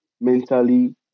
mentally